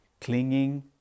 clinging